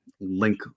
Link